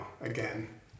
again